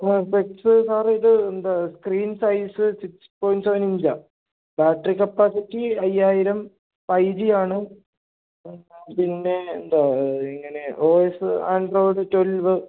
ആ സ്പെക്സ് സാറിത് എന്താ സ്ക്രീൻ സൈസ് സിക്സ് പോയിൻ സെവനിഞ്ചാണ് ബാറ്ററി കപ്പാസിറ്റി അയ്യായിരം ഫൈ ജിയാണ് പിന്നെ എന്താ ഇങ്ങനെ ഒ എസ് ആൻഡ്രോയിഡ് ട്വൽവ്